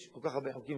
יש כל כך הרבה חוקים,